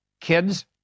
kids